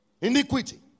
Iniquity